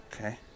Okay